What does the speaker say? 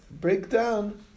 breakdown